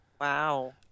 Wow